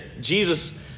Jesus